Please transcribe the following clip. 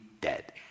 dead